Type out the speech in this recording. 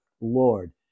Lord